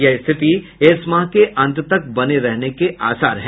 यह स्थिति इस माह के अंत तक बने रहने के आसार हैं